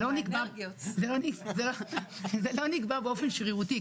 זה לא נקבע באופן שרירותי.